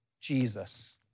Jesus